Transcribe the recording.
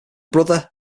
brother